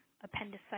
appendicitis